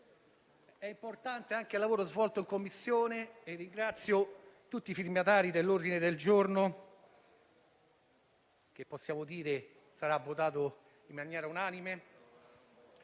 è importante anche il lavoro svolto in Commissione e ringrazio tutti i firmatari dell'ordine del giorno, che auspico sarà votato all'unanimità,